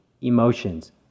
emotions